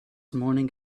morning